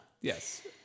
Yes